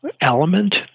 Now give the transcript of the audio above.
element